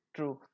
True